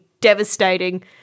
devastating